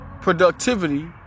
productivity